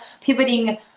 pivoting